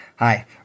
Hi